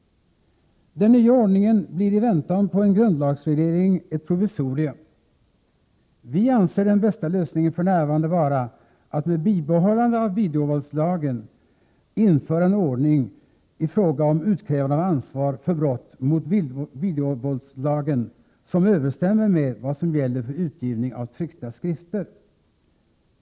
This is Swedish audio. Den nya ordningen blir i väntan på en grundlagsreglering ett provisorium. Vi anser det bästa lösningen för närvarande vara att med bibehållande av videovåldslagen införa en ordning i fråga om utkrävande av ansvar för brott mot videovåldslagen som överensstämmer med vad som gäller för utgivning B1 av tryckta skrifter.